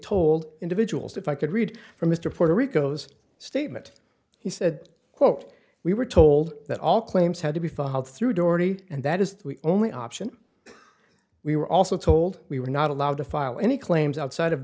told individuals if i could read from mr puerto rico's statement he said quote we were told that all claims had to be filed through dorothy and that is the only option we were also told we were not allowed to file any claims outside of